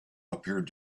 appeared